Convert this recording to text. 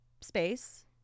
space